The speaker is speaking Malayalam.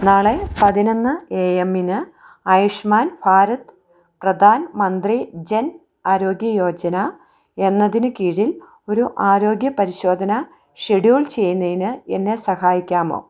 നാളെ പതിനൊന്ന് എ എമ്മിന് ആയുഷ്മാൻ ഭാരത് പ്രധാൻമന്ത്രി ജൻ ആരോഗ്യ യോജന എന്നതിന് കീഴിൽ ഒരു ആരോഗ്യ പരിശോധന ഷെഡ്യൂൾ ചെയ്യുന്നതിന് എന്നെ സഹായിക്കാമോ